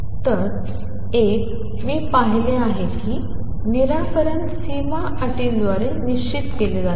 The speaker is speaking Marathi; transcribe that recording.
तर एक मी पाहिले आहे की निराकरण सीमा अटींद्वारे निश्चित केले जाते